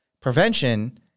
prevention